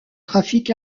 trafic